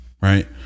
right